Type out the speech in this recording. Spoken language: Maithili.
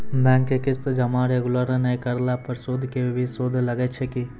बैंक के किस्त जमा रेगुलर नै करला पर सुद के भी सुद लागै छै कि?